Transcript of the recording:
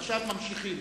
עכשיו ממשיכים.